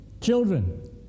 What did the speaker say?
children